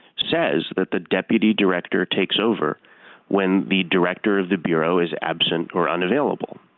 says that the deputy director takes over when the director of the bureau is absent or unavailable.